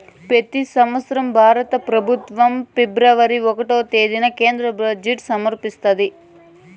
పెతి సంవత్సరం భారత పెబుత్వం ఫిబ్రవరి ఒకటో తేదీన కేంద్ర బడ్జెట్ సమర్పిస్తాది